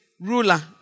ruler